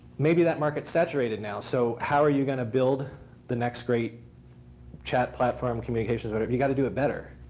maybe that market's saturated now. so how are you going to build the next great chat platform, communications, whatever? you've got to do it better.